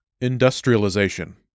Industrialization